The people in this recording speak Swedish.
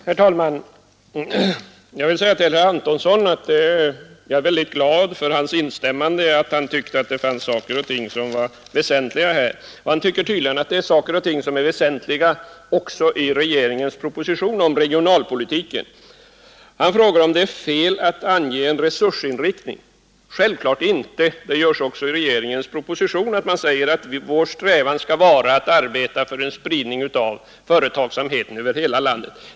Herr talman! Jag vill säga till herr Antonsson att jag är väldigt glad för hans instämmande i att det finns saker och ting som är väsentliga här. Han tycker tydligen att saker och ting är väsentliga också i regeringens proposition om regionalpolitiken. Herr Antonsson frågar om det är fel att ange en resursinriktning. Självklart inte. Det sägs även i regeringens proposition att vår strävan skall vara att arbeta för en spridning av företagsamheten i hela landet.